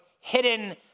hidden